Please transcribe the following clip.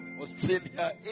Australia